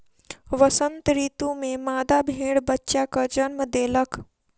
वसंत ऋतू में मादा भेड़ बच्चाक जन्म देलक